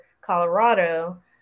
Colorado